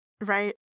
Right